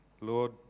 Lord